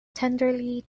tenderly